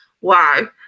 wow